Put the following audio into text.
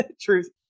Truth